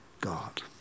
God